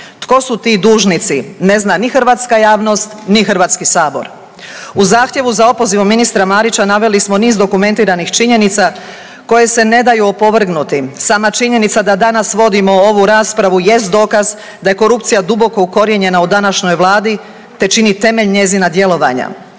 tko su ti dužnici? Ne zna ni hrvatska javnost ni Hrvatski sabor. U zahtjevu za opozivom ministra Marića naveli smo niz dokumentiranih činjenica, koje se ne daju opovrgnuti. Sama činjenica da danas vodimo ovu raspravu jest dokaz da je korupcija duboko ukorijenjena u današnjoj Vladi, te čini temelj njezina djelovanja.